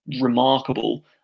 remarkable